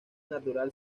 natural